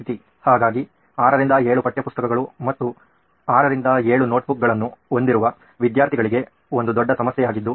ಹಾಗಾಗಿ 6 ರಿಂದ 7 ಪಠ್ಯ ಪುಸ್ತಕಗಳು ಮತ್ತು 6 ರಿಂದ 7 ನೋಟ್ ಬುಕ್ ಗಳನ್ನು ಹೊಂದಿರುವ ವಿದ್ಯಾರ್ಥಿಗಳಿಗೆ ಒಂದು ದೊಡ್ಡ ಸಮಸ್ಯೆಯಾಗಿದ್ದು